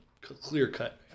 clear-cut